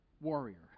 warrior